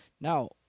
Now